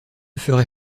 ferais